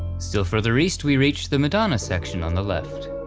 still further east we reach the madonna section on the left.